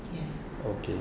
okay